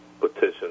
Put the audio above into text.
petition